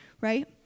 right